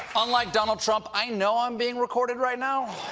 unlike donald trump, i know i'm being recorded right now